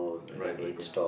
right right ya